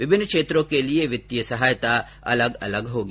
विभिन्न क्षेत्रों के लिये वित्तीय सहायता अलग अलग होगी